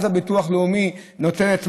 אז הביטוח הלאומי נותן.